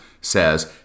says